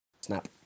Snap